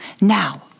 Now